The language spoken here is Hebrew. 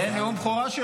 זה לא נאום בכורה.